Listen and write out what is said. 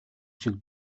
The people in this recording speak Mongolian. шиг